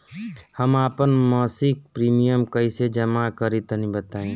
हम आपन मसिक प्रिमियम कइसे जमा करि तनि बताईं?